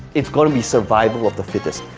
it's gonna be survival of the fittest.